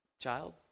Child